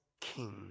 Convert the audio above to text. king